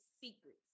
Secrets